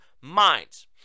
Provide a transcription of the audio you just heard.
minds